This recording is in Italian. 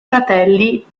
fratelli